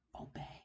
obey